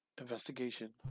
investigation